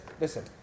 listen